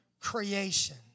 creation